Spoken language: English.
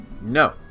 No